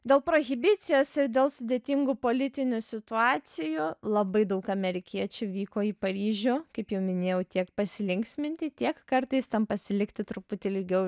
dėl prohibicijos ir dėl sudėtingų politinių situacijų labai daug amerikiečių vyko į paryžių kaip jau minėjau tiek pasilinksminti tiek kartais ten pasilikti truputį ilgiau